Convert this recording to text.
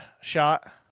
shot